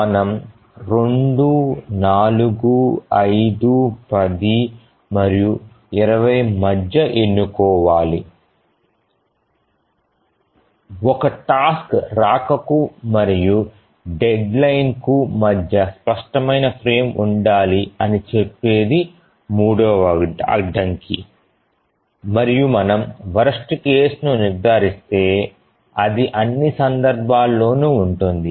మనము 2 4 5 10 మరియు 20 మధ్య ఎన్నుకోవాలి ఒక టాస్క్ రాకకు మరియు డెడ్లైన్కు మధ్య స్పష్టమైన ఫ్రేమ్ ఉండాలి అని చెప్పేది మూడవ అడ్డంకి మరియు మనము వరస్ట్ కేసును నిర్ధారిస్తే అది అన్ని సందర్భాల్లోనూ ఉంటుంది